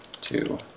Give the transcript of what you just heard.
two